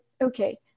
okay